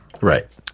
right